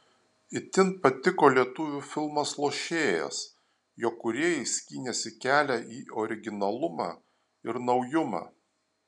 itin patiko lietuvių filmas lošėjas jo kūrėjai skynėsi kelią į originalumą ir naujumą